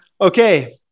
Okay